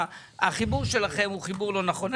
החיבור שלכם הוא חיבור לא נכון.